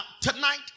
tonight